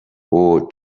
who